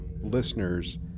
listeners